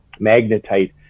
magnetite